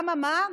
אממה,